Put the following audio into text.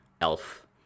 Elf